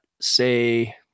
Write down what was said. say